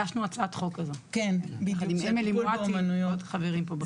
הגשנו הצעת חוק כזו יחד עם אמילי מואטי ועוד חברים פה בכנסת.